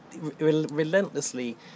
relentlessly